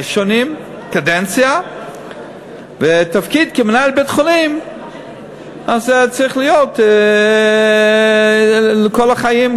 קדנציה של חמש שנים ותפקיד מנהל בית-חולים צריך להיות לכל החיים,